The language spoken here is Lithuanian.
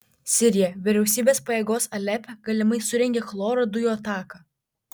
sirija vyriausybės pajėgos alepe galimai surengė chloro dujų ataką